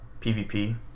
PvP